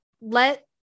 let